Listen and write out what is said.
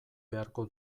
beharko